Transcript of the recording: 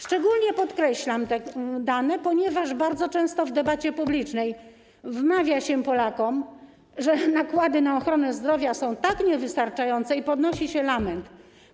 Szczególnie podkreślam te dane, ponieważ bardzo często w debacie publicznej wmawia się Polakom, że nakłady na ochronę zdrowia są niewystarczające, i podnosi się lament.